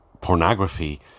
pornography